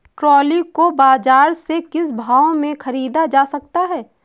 Trolley को बाजार से किस भाव में ख़रीदा जा सकता है?